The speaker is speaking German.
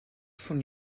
von